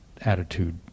attitude